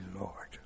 Lord